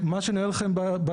מה שאני אראה לכם בהמשך,